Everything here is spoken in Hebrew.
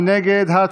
מי נגד?